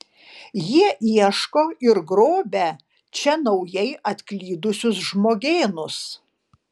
jie ieško ir grobia čia naujai atklydusius žmogėnus